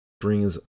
brings